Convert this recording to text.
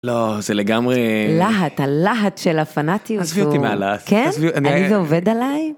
לא, זה לגמרי... להט, הלהט של הפנאטיות הוא... עזבי אותי מהלהט. כן? אני זה עובד עליי?